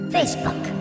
Facebook